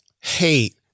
hate